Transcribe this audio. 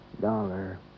Dollar